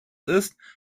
ist